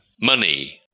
money